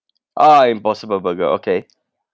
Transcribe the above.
ah impossible burger okay